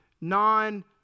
non